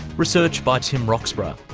research by tim roxburgh,